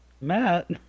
Matt